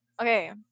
Okay